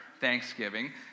Thanksgiving